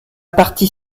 partie